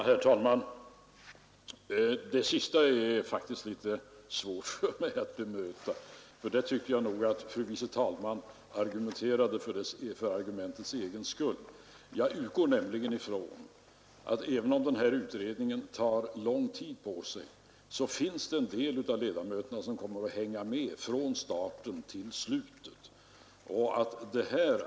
Herr talman! Det sista är faktiskt litet svårt för mig att bemöta, eftersom jag tycker att fru vice talmannen argumenterade för argumentens egen skull. Även om utredningen tar lång tid på sig, utgår jag från att en del av ledamöterna kommer att hänga med från starten till slutet.